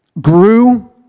grew